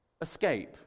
escape